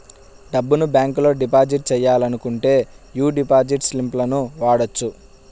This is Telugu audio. డబ్బును బ్యేంకులో డిపాజిట్ చెయ్యాలనుకుంటే యీ డిపాజిట్ స్లిపులను వాడొచ్చు